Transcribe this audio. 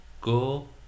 go